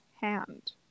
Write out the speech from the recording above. hand